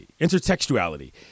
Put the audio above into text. intertextuality